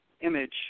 image